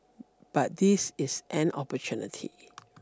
but this is an opportunity